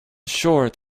short